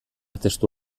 testu